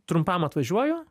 trumpam atvažiuoju